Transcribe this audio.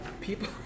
people